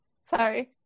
Sorry